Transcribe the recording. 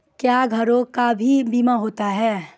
क्या घरों का भी बीमा होता हैं?